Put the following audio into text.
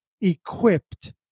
equipped